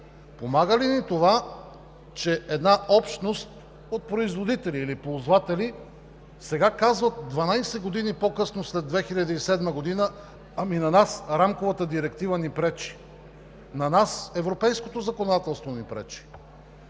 Помага ли ни това, че една общност от производители или ползватели сега казват, 12 години по-късно след 2007 г.: ами на нас Рамковата директива ни пречи. На нас европейското законодателство ни пречи?